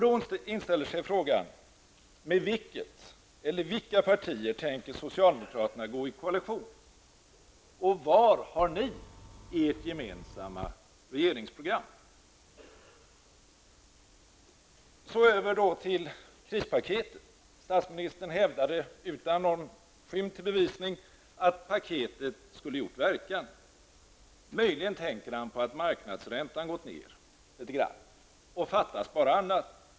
Då blir frågan: Med vilket parti eller vilka partier tänker socialdemokraterna ingå i koalition, och var har ni ert gemensamma regeringsprogram? Så skall jag gå över till att tala om krispaketet. Statsministern hävdade utan minsta bevisning att paketet skulle ha gjort verkan. Möjligen tänker han på att marknadsräntan har gått ned litet grand -- fattas bara annat!